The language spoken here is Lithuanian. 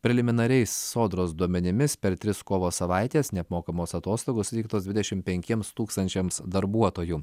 preliminariais sodros duomenimis per tris kovo savaites neapmokamos atostogos suteiktos dvidešimt penkiems tūkstančiams darbuotojų